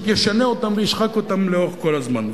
ישנה אותם וישחק אותם לאורך כל הזמן.